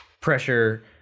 pressure